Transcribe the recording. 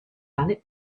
planet